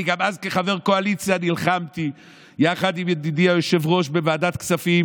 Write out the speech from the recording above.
אני גם אז כחבר קואליציה נלחמתי יחד עם ידידי היושב-ראש בוועדת כספים